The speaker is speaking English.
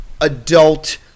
adult